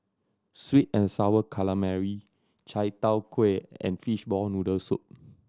sweet and Sour Calamari chai tow kway and fishball noodle soup